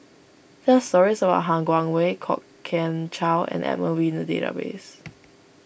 there are stories about Han Guangwei Kwok Kian Chow and Edmund Wee in the database